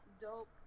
Dope